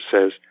says